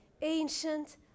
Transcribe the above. ancient